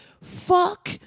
Fuck